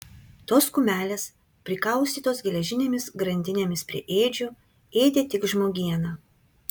tos kumelės prikaustytos geležinėmis grandinėmis prie ėdžių ėdė tik žmogieną